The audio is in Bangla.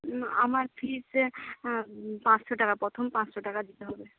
না আমার ফিজে পাঁচশো টাকা প্রথম পাঁচশো টাকা দিতে হবে